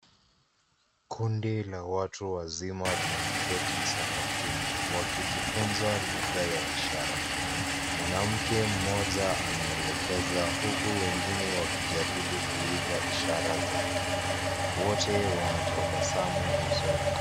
Kundi la watu wazima limeketi sakafuni wakijifunza lugha ya ishara mwanamke mmoja anaelekeza huku wengine wakijaribu kuiga ishara zake wote wanatabasamu usoni.